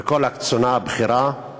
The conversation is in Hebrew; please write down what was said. וכל הקצונה הבכירה,